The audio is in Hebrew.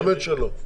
באמת שלא.